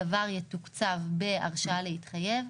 הדבר יתוקצב בהרשאה להתחייב.